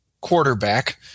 quarterback